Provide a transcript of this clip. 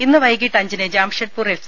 ഇന്ന് വൈകീട്ട് അഞ്ചിന് ജംഷഡ്പൂർ എഫ്